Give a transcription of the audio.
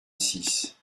six